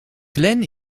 glenn